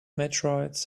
meteorites